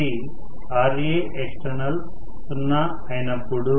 ఇది Raext సున్నా అయినప్పుడు